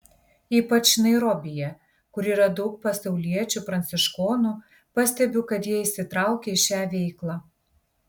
ypač nairobyje kur yra daug pasauliečių pranciškonų pastebiu kad jie įsitraukę į šią veiklą